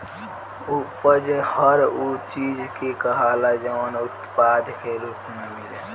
उपज हर उ चीज के कहाला जवन उत्पाद के रूप मे मिले